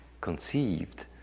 conceived